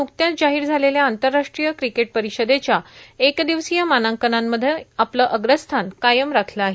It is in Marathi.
न्कत्याच जाहीर झालेल्या आंतरराष्ट्रीय क्रिकेट परिषदेच्या एक दिवसीय मानांकनांमध्ये आपलं अग्रस्थान कायम राखलं आहे